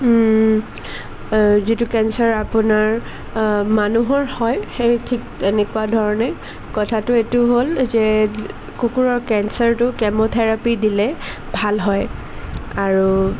যিটো কেঞ্চাৰ আপোনাৰ মানুহৰ হয় সেই ঠিক তেনেকুৱা ধৰণে কথাটো এইটো হ'ল যে কুকুৰৰ কেঞ্চাৰটো কেম'থেৰাপী দিলে ভাল হয় আৰু